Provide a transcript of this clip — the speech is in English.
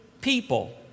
people